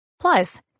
Plus